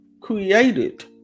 created